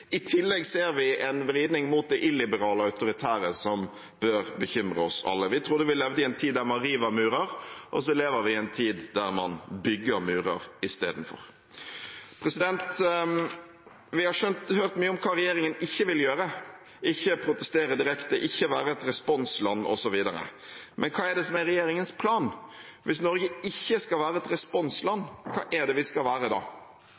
I tillegg ser vi en vridning mot det illiberale autoritære, som bør bekymre oss alle. Vi trodde vi levde i en tid da man river murer, og så lever vi en tid da man isteden bygger murer. Vi har hørt mye om hva regjeringen ikke vil gjøre – ikke protestere direkte, ikke være et responsland osv. Men hva er det som er regjeringens plan? Hvis Norge ikke skal være et responsland, hva er det vi skal være da?